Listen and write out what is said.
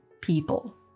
people